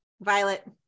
Violet